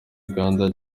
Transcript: uganda